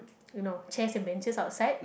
you know chairs and benches outside